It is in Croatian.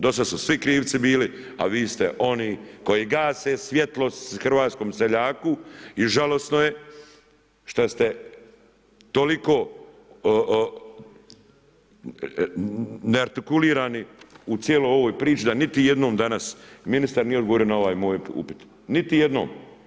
Do sada su svi krivci bili, a vi ste oni koji gase svjetlo hrvatskom seljaku i žalosno je šta ste toliko neartikulirani u cijeloj ovoj priči da niti jednom danas ministar nije odgovorio na ovaj moj upit, niti jednom.